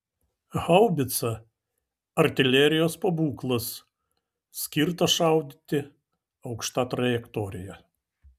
haubica artilerijos pabūklas skirtas šaudyti aukšta trajektorija